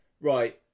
right